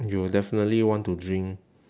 you will definitely want to drink